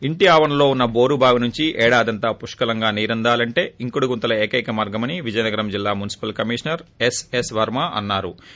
ఇంటి ఆవరణంలో ఉన్న టోరు బావి నుండి ఏడాదంతా పుష్కలంగా నీరందాలంటే ఇంకుడు గుంతలే ఏకైక మార్గమని విజయనగరం జిల్లా municipal commissioner S S Varma అన్సా రు